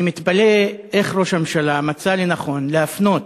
אני מתפלא איך ראש הממשלה מצא לנכון להפנות